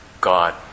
God